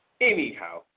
anyhow